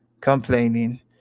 complaining